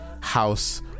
house